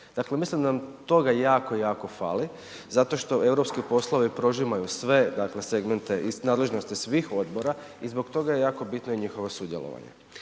Dakle, mislim da nam toga jako, jako fali zato što europski poslovi prožimaju sve, dakle segmente iz nadležnosti svih odbora i zbog toga je jako bitno i njihovo sudjelovanje.